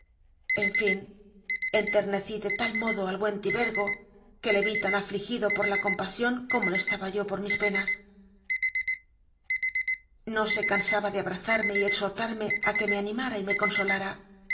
en fin enter necí de tal modo al buen tibergo que le vi tan afligido por la compasión como lo estaba yo por mis penas no se cansaba de abrazarme y exhortarme a que me animara y me consolara